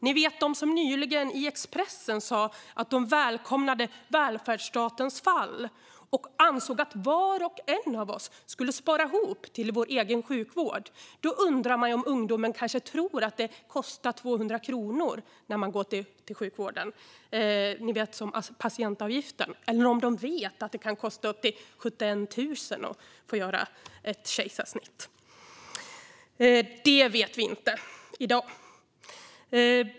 Ni vet, de som nyligen i Expressen sa att de välkomnade välfärdsstatens fall och ansåg att var och en av oss skulle spara ihop till vår egen sjukvård. Jag undrar om ungdomen tror att sjukvården kostar som patientavgiften, alltså 200 kronor. Vet de att ett kejsarsnitt kan kosta upp till 71 000? Detta vet vi inte i dag.